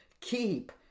Keep